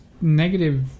Negative